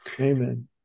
amen